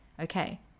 okay